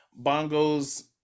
bongos